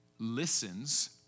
listens